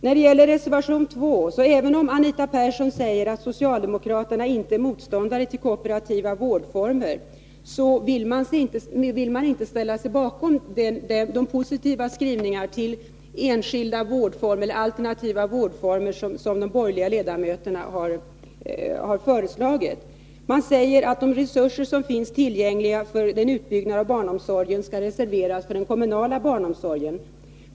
När det gäller reservation 2 vill jag säga, att även om Anita Persson säger att socialdemokraterna inte är motståndare till kooperativa vårdformer, vill man inte ställa sig bakom de positiva skrivningar som de borgerliga ledamöterna har gjort när det gäller enskilda eller alternativa vårdformer. Man säger att de resurser som finns tillgängliga för utbyggnad av barnomsorgen skall reserveras för den kommunala barnomsorgen.